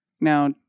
now